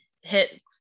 hit